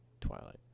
Twilight